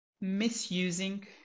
misusing